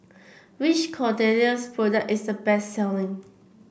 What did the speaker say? which Kordel's product is the best selling